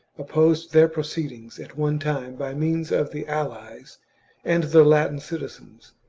opposed their proceedings at one time by means of the allies and the latin citizens,